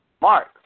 Mark